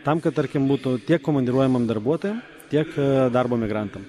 tam kad tarkim būtų tiek komandiruojamam darbuotojam tiek darbo migrantam